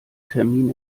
termin